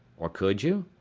or could you?